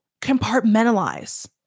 compartmentalize